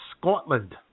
Scotland